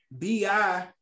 bi